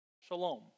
shalom